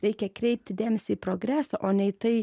reikia kreipti dėmesį į progresą o ne į tai